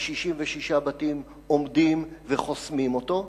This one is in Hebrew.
כי 66 בתים עומדים וחוסמים אותו,